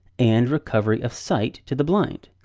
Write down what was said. and recovery of sight to the blind.